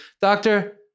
doctor